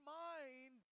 mind